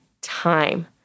time